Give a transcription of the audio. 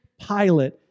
Pilate